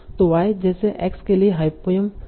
तो y जैसे x के लिए हायपोंयम है